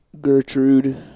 Gertrude